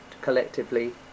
collectively